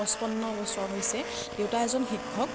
পঁচপন্ন বছৰ হৈছে দেউতা এজন শিক্ষক